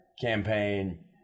campaign